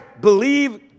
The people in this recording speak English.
believe